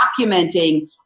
documenting